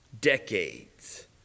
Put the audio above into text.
decades